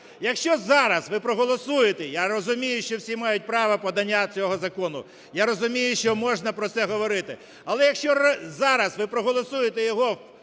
Якщо зараз ви проголосуєте, я розумію, що всі мають право подання цього закону, я розумію, що можна про це говорити, але якщо зараз ви проголосуєте його